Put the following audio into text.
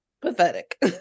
Pathetic